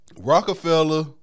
Rockefeller